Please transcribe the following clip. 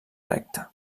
recta